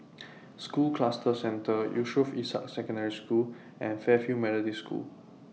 School Cluster Centre Yusof Ishak Secondary School and Fairfield Methodist School